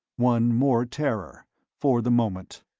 one more terror for the moment!